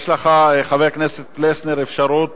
יש לך, חבר הכנסת פלסנר, אפשרות